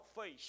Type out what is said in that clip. face